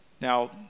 now